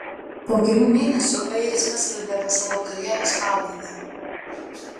po kelių mėnesių airis paskelbė apie savo karjeros pabaigą